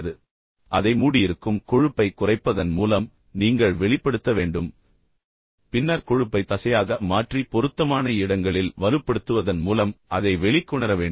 நீங்கள் அதை வெளியே கொண்டு வர வேண்டும் அதை மூடியிருக்கும் கொழுப்பைக் குறைப்பதன் மூலம் நீங்கள் வெளிப்படுத்த வேண்டும் பின்னர் கொழுப்பை தசையாக மாற்றி பொருத்தமான இடங்களில் வலுப்படுத்துவதன் மூலம் அதை வெளிக்கொணர வேண்டும்